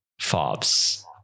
fobs